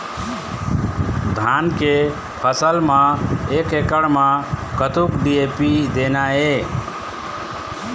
धान के फसल म एक एकड़ म कतक डी.ए.पी देना ये?